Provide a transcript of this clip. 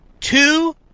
two